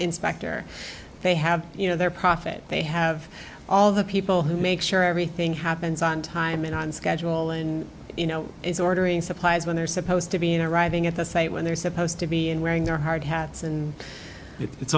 inspector they have you know their profit they have all the people who make sure everything happens on time and on schedule and you know it's ordering supplies when they're supposed to be in arriving at the site when they're supposed to be in wearing their hard hats and it's